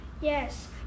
Yes